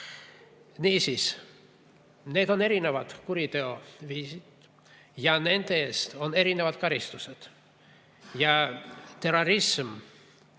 Niisiis, need on erinevad kuriteoliigid ja nende eest on erinevad karistused. Ja terrorism.